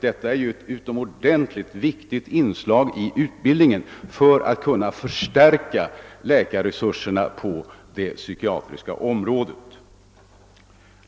Det är tvärtom ett utomordentligt viktigt inslag i utbildningen när det gäller att stärka läkarresurserna på det psykiatriska området.